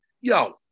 Yo